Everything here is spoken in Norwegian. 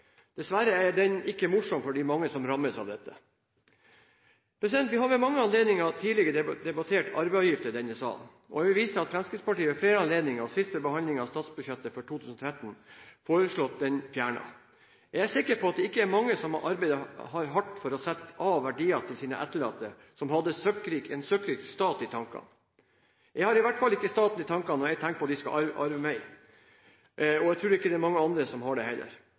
dessverre er den ikke morsom for de mange som rammes av dette. Vi har ved mange anledninger tidligere debattert arveavgiften i denne salen, og jeg vil vise til at Fremskrittspartiet ved flere anledninger, sist ved behandlingen av statsbudsjettet for 2013, har foreslått den fjernet. Jeg er sikker på at det ikke er mange av dem som har arbeidet hardt for å sette av verdier til sine etterlatte, som hadde en søkkrik stat i tankene. Jeg har i hvert fall ikke staten i tankene når jeg tenker på de som skal arve meg, og jeg tror ikke at det er mange andre som har det heller.